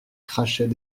crachait